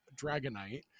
Dragonite